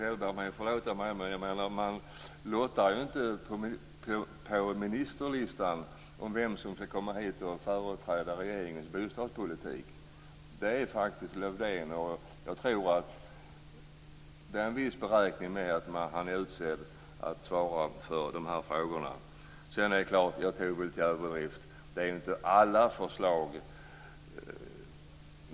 Fru talman! Owe Hellberg må förlåta mig, men man lottar inte på ministerlistan om vem som skall komma hit till riksdagen och företräda regeringens bostadspolitik. Det är faktiskt Lövdén. Jag tror att det är en viss beräkning med att han är utsedd att svara för de frågorna. Jag gick väl till överdrift. Det gäller inte alla förslag.